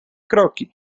kroki